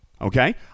okay